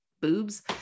boobs